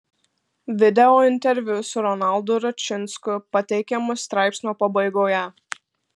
video interviu su ronaldu račinsku pateikiamas straipsnio pabaigoje